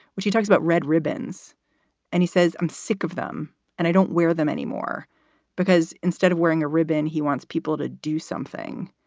he talks about red ribbons and he says, i'm sick of them and i don't wear them anymore because instead of wearing a ribbon, he wants people to do something.